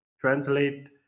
translate